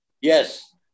Yes